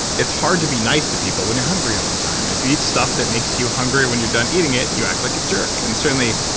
it's hard to be nice to people when you're hungry all the time. if you eat stuff that makes you hungry when you're done eating it you act like a jerk and certainly,